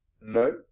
No